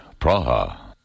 Praha